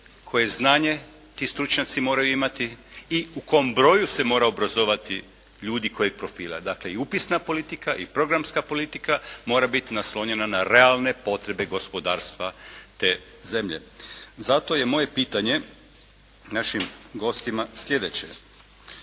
koje znanje ti stručnjaci moraju imati i u kom broju se mora obrazovati ljudi kojeg profila. Dakle i upisna politika i programska politika mora biti naslonjena na realne potrebe gospodarstva te zemlje. Zato je moje pitanje našim gostima sljedeće.